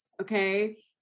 okay